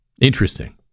Interesting